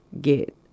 get